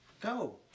Go